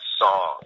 song